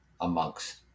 amongst